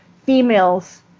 Females